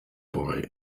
boy